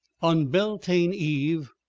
on beltane eve,